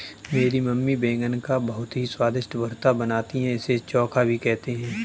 मेरी मम्मी बैगन का बहुत ही स्वादिष्ट भुर्ता बनाती है इसे चोखा भी कहते हैं